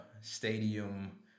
stadium